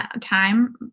time